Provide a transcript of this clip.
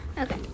Okay